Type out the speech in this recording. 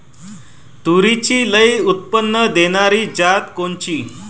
तूरीची लई उत्पन्न देणारी जात कोनची?